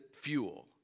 fuel